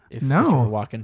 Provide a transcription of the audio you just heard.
No